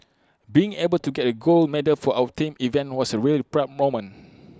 being able to get A gold medal for our team event was A really proud moment